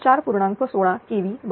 16 kV बरोबर